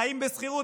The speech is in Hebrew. חיים בשכירות.